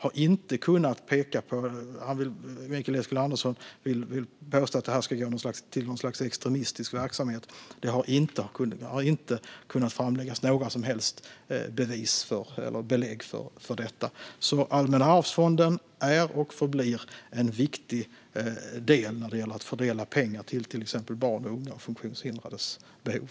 Mikael Eskilandersson vill påstå att detta skulle gå till något slags extremistisk verksamhet. Men det har inte kunnat framläggas några som helst bevis eller belägg för det. Allmänna arvsfonden är och förblir en viktig del när det gäller att fördela pengar till exempelvis barns, ungas och funktionshindrades behov.